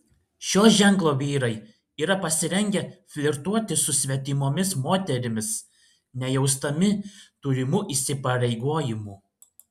šio ženklo vyrai yra pasirengę flirtuoti su svetimomis moterimis nejausdami turimų įsipareigojimų